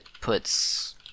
puts